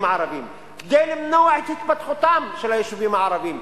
הערביים כדי למנוע את התפתחותם של היישובים הערביים,